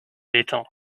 little